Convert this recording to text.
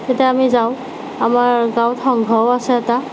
তেতিয়া আমি যাওঁ আমাৰ গাঁৱত সংঘও আছে এটা